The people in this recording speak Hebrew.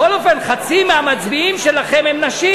בכל אופן חצי מהמצביעים שלכם הם נשים,